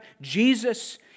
Jesus